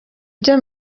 ibyo